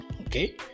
Okay